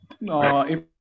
No